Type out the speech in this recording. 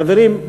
חברים,